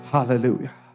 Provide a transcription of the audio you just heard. Hallelujah